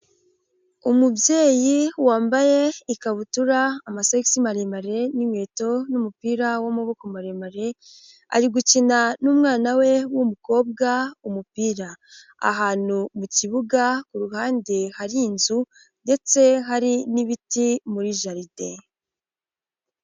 Umubyeyi wambaye ikabutura, amasogisi maremare n'inkweto n'umupira w'amaboko maremare ari gukina n'umwana we w'umukobwa umupira, ahantu mu kibuga ku ruhande hari inzu ndetse hari n'ibiti muri jaride.